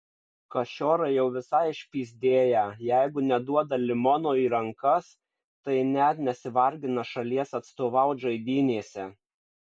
kašiorai jau visai išpyzdėję jeigu neduoda limono į rankas tai net nesivargina šalies atstovaut žaidynėse